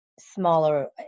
smaller